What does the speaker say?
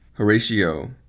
Horatio